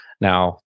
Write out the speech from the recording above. now